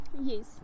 yes